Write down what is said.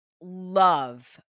love